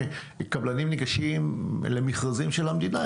קבלנים שניגשים לקבלנים של המדינה,